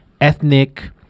ethnic